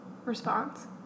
Response